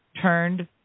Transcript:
turned